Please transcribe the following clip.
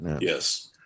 Yes